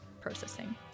processing